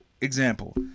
Example